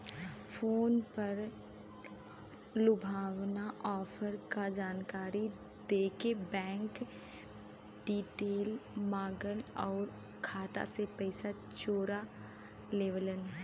phone पर लुभावना offer क जानकारी देके बैंक डिटेल माँगन आउर खाता से पैसा चोरा लेवलन